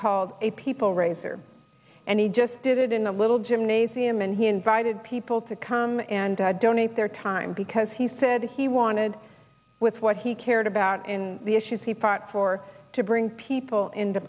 called a people raiser and he just did it in a little gymnasium and he invited people to come and donate their time because he said he wanted with what he cared about in the issues he fought for to bring people into